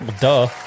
Duh